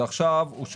זה עכשיו לא מצורף.